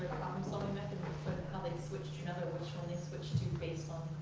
so method how they switched in other words, when they switched to